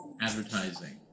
advertising